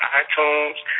iTunes